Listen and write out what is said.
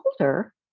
older